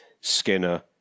Skinner